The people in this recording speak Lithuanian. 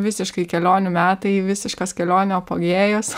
visiškai kelionių metai visiškas kelionių apogėjus